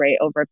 over